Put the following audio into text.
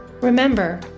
Remember